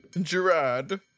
Gerard